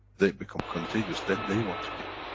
they become contagious then they want to give.